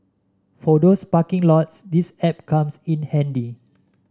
for those parking lots this app comes in handy